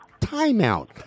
Timeout